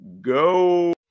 go